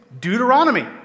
Deuteronomy